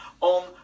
on